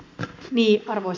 arvoisa puhemies